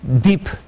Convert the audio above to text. deep